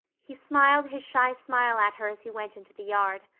he smiled his shy smile at her as he went into the yard.